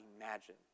imagine